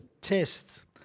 tests